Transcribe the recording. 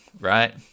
right